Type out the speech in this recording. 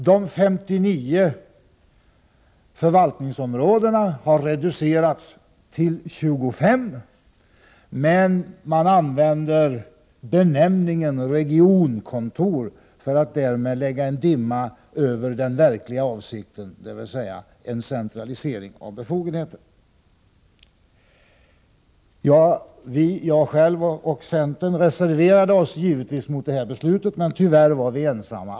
De 59 förvaltningsområdena har reducerats till 25, och man använder benämningen regionkontor för att därmed lägga en dimma över den verkliga avsikten, nämligen en centralisering av befogenheten. Jag själv reserverade mig naturligtvis — liksom centerpartiet — mot detta beslut. Tyvärr var vi ensamma.